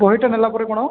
ବହିଟା ନେଲାପରେ କଣ